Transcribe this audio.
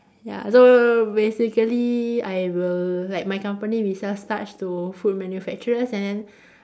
ya so basically I will like my company we sell starch to food manufactures and then